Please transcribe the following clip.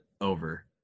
over